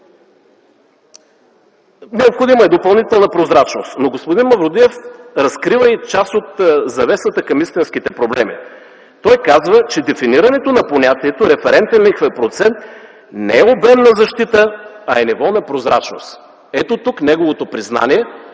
Необходима е допълнителна прозрачност. Господин Мавродиев разкрива и част от завесата към истинските проблеми. Той казва, че дефинирането на понятието „референтен лихвен процент” не е обем на защита, а е ниво на прозрачност. Ето тук неговото признание,